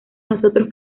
nosotros